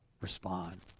respond